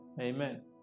Amen